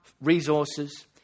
resources